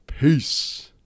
Peace